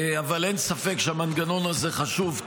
אבל אין ספק שהמנגנון הזה חשוב,